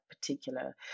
particular